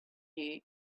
you